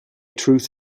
truth